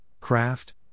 craft